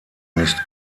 nicht